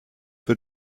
für